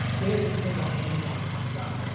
they have this thing called amazon custom,